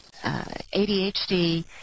ADHD